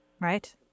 Right